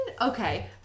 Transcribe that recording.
okay